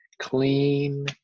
clean